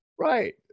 right